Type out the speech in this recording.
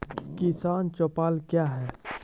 किसान चौपाल क्या हैं?